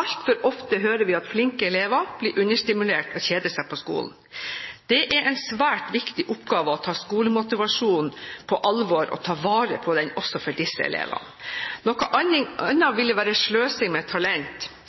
Altfor ofte hører vi at flinke elever blir understimulert og kjeder seg på skolen. Det er en svært viktig oppgave å ta skolemotivasjon på alvor og ta vare på den også for disse elevene. Noe annet ville være sløsing med talent.